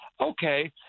okay